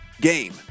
game